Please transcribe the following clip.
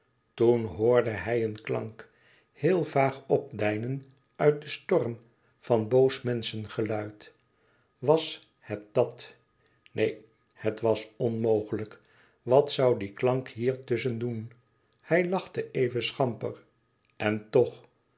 toen hoorde hij een klank heel vaag opdeinen uit den storm van boos menschengeluid was het dat neen het was onmogelijk wat zoû die klank hier tusschen doen hij lachte even schamper en toch